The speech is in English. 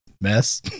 mess